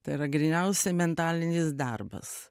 tai yra gryniausia mentalinis darbas